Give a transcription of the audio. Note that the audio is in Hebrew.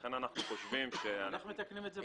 לכן אנחנו חושבים --- אבל איך מתקנים את זה בחוק?